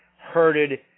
herded